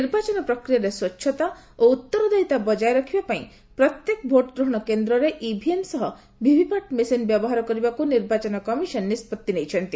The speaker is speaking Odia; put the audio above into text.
ନିର୍ବାଚନ ପ୍ରକ୍ରିୟାରେ ସ୍ୱଚ୍ଛତା ଓ ଉତ୍ତରଦାୟୀତା ବଜାୟ ରଖିବା ପାଇଁ ପ୍ରତ୍ୟେକ ଭୋଟ୍ ଗ୍ରହଣ କେନ୍ଦ୍ରରେ ଇଭିଏମ୍ ସହ ଭିଭିପାଟ୍ ମେସିନ୍ ବ୍ୟବହାର କରିବାକୁ ନିର୍ବାଚନ କମିଶନ ନିଷ୍କଉି ନେଇଛନ୍ତି